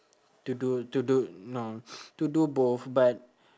to do to do no to do both but